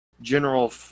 general